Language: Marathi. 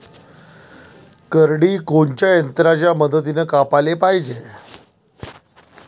करडी कोनच्या यंत्राच्या मदतीनं कापाले पायजे?